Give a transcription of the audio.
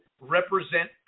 represent